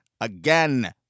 again